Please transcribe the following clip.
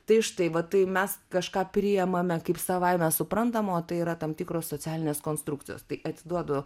tai štai va tai mes kažką priimame kaip savaime suprantamą o tai yra tam tikros socialinės konstrukcijos tai atiduodu